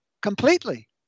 completely